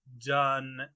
done